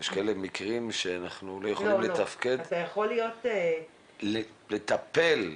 יש כאלה מקרים שאנחנו לא יכולים לתפקד אם לא תתנתק.